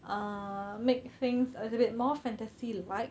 uh make things a little bit more fantasy like